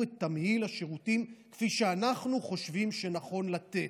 את תמהיל השירותים כפי שאנחנו חושבים שנכון לתת,